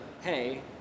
hey